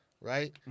Right